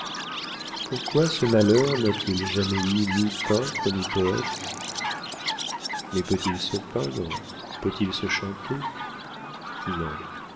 pourquoi ce malheur n'a-t-il jamais eu ni peintre ni poète mais peut-il se peindre peut-il se chanter non